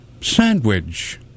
sandwich